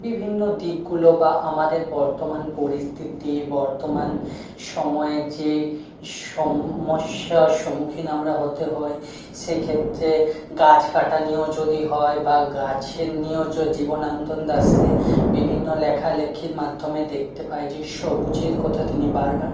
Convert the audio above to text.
বিভিন্ন দিকগুলো বা আমাদের বর্তমান পরিস্থিতি বর্তমান সময়ে যে সমস্যার সম্মুখীন আমরা হতে হয় সে ক্ষেত্রে গাছ কাটা নিয়েও যদি হয় বা গাছের নিয়েও যদি জীবনানন্দ দাশের বিভিন্ন লেখালেখির মাধ্যমে দেখতে পাই যে সবুজের কথা তিনি বারবার